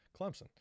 Clemson